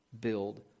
build